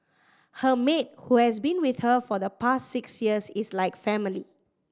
her maid who has been with her for the past six years is like family